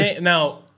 now